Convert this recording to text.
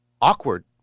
awkward